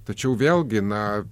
tačiau vėlgi na